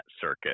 circuit